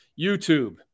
YouTube